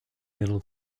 middle